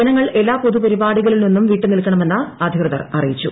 ജനങ്ങൾ എല്ലാ പൊതുപരിപാടികളിൽ നിന്നും വിട്ട് നിൽക്കണമെന്ന് അധികൃതർ അറിയിച്ചു